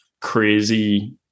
crazy